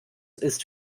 ist